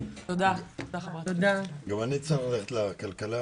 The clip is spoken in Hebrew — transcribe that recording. גם אני צריך ללכת.